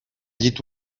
llit